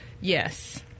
yes